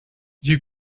you